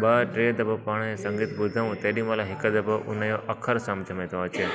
ॿ टे दफ़ा पाण संगीत ॿुधऊं तेॾी महिल हिकु दफ़ो उनजो अख़र सम्झि में थो अचे